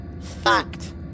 fact